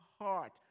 heart